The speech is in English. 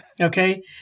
okay